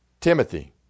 Timothy